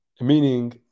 Meaning